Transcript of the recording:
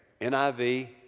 NIV